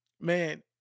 Man